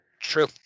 True